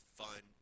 fun